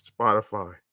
Spotify